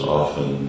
often